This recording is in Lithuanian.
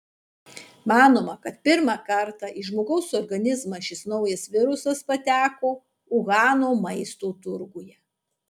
manoma kad pirmą kartą į žmogaus organizmą šis naujas virusas pateko uhano maisto turguje